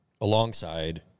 alongside